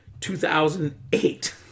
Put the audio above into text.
2008